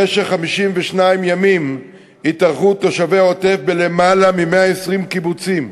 במשך 52 ימים התארחו תושבי העוטף בלמעלה מ-120 קיבוצים.